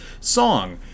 song